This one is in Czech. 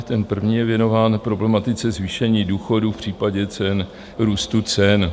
Ten první je věnován problematice zvýšení důchodů v případě růstu cen.